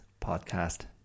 podcast